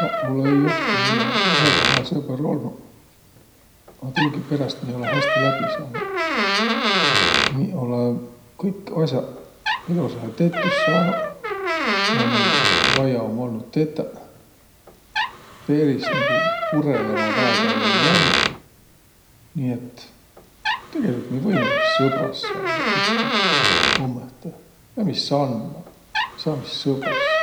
Saq olõ-õi joht mullõ väega hää sõbõr olnuq, a tuugiperäst mi olõ häste läbi saanuq. Mi olõ kõik as'aq ilosahe tettüs saanuq, miä meil vaia um olnuq tetäq. Peris nigu purõlõma väega ei olõq lännüq. Nii et tegeligult mi võinuki sõbras saiaq ütskõrd ummõhtõ. Läämiq sanna! Saamiq sõbras!